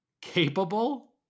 Capable